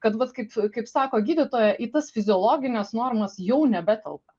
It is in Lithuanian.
kad vat kaip kaip sako gydytoja į tas fiziologines normas jau nebetelpa